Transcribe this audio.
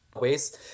Ways